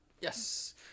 Yes